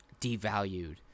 devalued